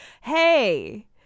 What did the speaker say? hey